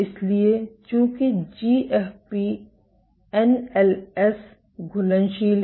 इसलिए चूंकि GFP NLS घुलनशील है